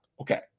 Okay